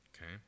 Okay